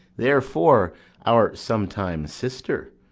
therefore our sometime sister,